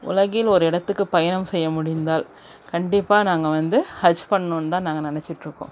உலகில் ஒரு இடத்துக்கு பயணம் செய்ய முடிந்தால் கண்டிப்பாக நாங்கள் வந்து ஹஜ் பண்ணுன்னு தான் நாங்கள் நெனைச்சிட்ருக்கோம்